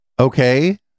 Okay